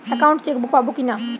Account chequebook পাবো কি না?